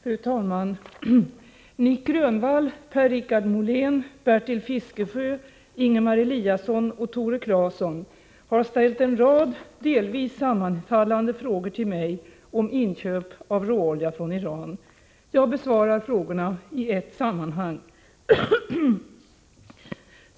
Fru talman! Nic Grönvall, Per-Richard Molén, Bertil Fiskesjö, Ingemar Eliasson och Tore Claeson har ställt en rad delvis sammanfallande frågor till mig om inköp av råolja från Iran. Jag besvarar frågorna i ett sammanhang.